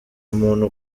umuntu